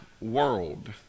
world